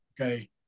okay